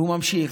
והוא ממשיך: